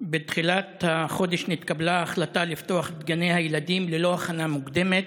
בתחילת החודש נתקבלה ההחלטה לפתוח את גני הילדים ללא הכנה מוקדמת.